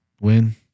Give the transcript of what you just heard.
win